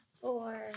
Four